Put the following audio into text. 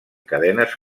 cadenes